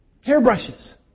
hairbrushes